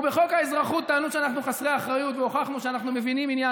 בחוק האזרחות טענו שאנחנו חסרי אחריות והוכחנו שאנחנו מבינים עניין,